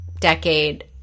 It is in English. decade